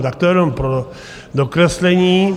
Tak to jenom pro dokreslení.